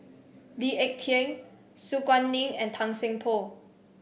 Lee Ek Tieng Su Guaning and Tan Seng Poh